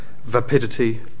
Vapidity